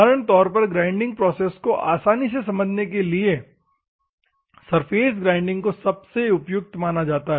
साधारण तौर पर ग्राइंडिंग प्रोसेस को आसानी से समझाने के लिए सरफेस ग्राइंडिंग को सबसे उपयुक्त माना जाता है